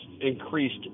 increased